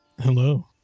Hello